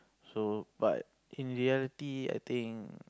so but in reality I think